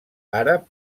àrab